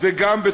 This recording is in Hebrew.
אמנים